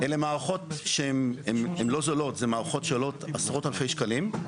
מדובר במערכות שעולות עשרות אלפי שקלים.